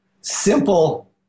simple